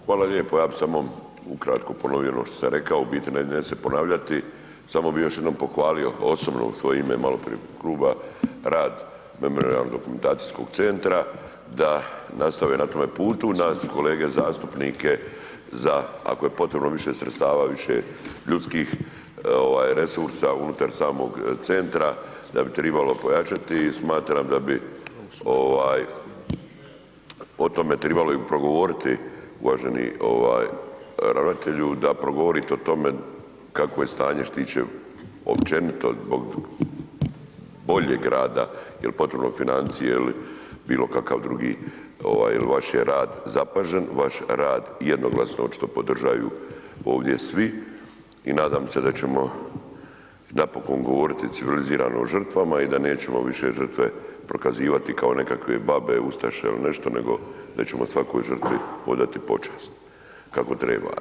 Hvala lijepa, ja bi samo ukratko ponovio ono što sam rekao, u biti neću se ponavljati, samo bi još jednom pohvalio osobno u svoje ime maloprije kluba, rad Memorijalnog dokumentacijskog centra, da nastave na tome putu, ... kolege zastupnike za ako je potrebno više sredstava, više ljudskih resursa unutra samog centra, da bi trebalo pojačati i smatram da bi o tome trebalo i progovoriti uvaženi ravnatelju, da progovorite o tome kakvo je stanje što se tiče općenito zbog boljeg rada, jel' potrebno financije ili bilokakav drugi jer vaš je rad zapažen, vaš rad jednoglasno očito podržavaju ovdje svi i nadam se da ćemo napokon govoriti civilizirano o žrtvama i da nećemo više žrtve prokazivati kao nekakve babe, ustaše ili nešto, nego da ćemo svakoj žrtvi odati počast kako treba.